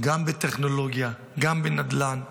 גם בטכנולוגיה, גם בנדל"ן,